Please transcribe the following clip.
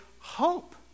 hope